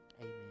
Amen